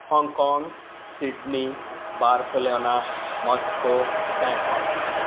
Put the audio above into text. Hong Kong Sydney Barcelona Moscow Bangkok